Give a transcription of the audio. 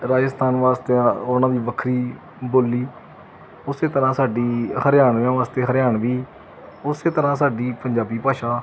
ਰਾਜਸਥਾਨ ਵਾਸਤੇ ਆ ਉਹਨਾਂ ਦੀ ਵੱਖਰੀ ਬੋਲੀ ਉਸੇ ਤਰ੍ਹਾਂ ਸਾਡੀ ਹਰਿਆਣਵੀਆਂ ਵਾਸਤੇ ਹਰਿਆਣਵੀ ਉਸ ਤਰ੍ਹਾਂ ਸਾਡੀ ਪੰਜਾਬੀ ਭਾਸ਼ਾ